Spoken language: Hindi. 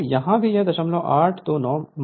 तो यहां भी यह 0829 250 है